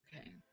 Okay